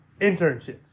internships